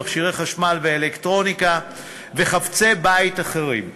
מכשירי חשמל ואלקטרוניקה וחפצי בית אחרים.